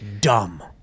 dumb